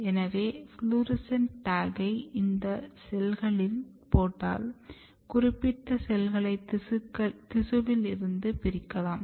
எனவே ஃப்ளோரசன்ட் டேக்கை இந்த செல்களில் போட்டால் குறிப்பிட்ட செல்களை திசுவில் இருந்து பிரிக்கலாம்